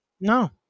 No